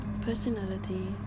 personality